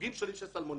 בסוגים שונים של סלמונלה.